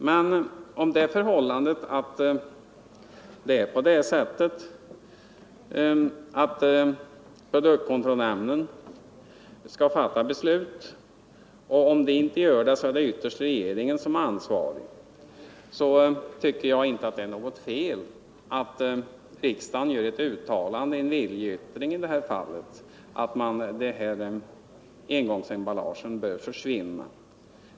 Men om det förhåller sig så att produktkontrollnämnden skall fatta beslut och regeringen ytterst är ansvarig, för den händelse nämnden inte gör detta, tycker jag inte det är något fel att riksdagen gör ett uttalande som innebär en viljeyttring att engångsemballagen bör försvinna.